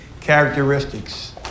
characteristics